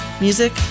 Music